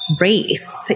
race